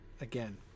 again